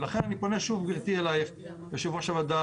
לכן אני פונה שוב אלייך גברתי יושבת ראש הוועדה,